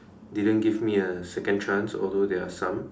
didn't give me a second chance although there are some